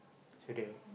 so do